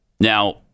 now